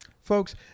Folks